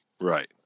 Right